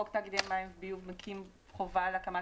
שחוק תאגידי מים וביוב מקים חובה להקמת